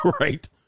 right